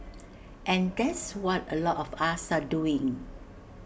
and that's what A lot of us are doing